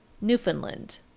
Newfoundland